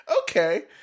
Okay